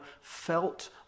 felt